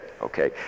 okay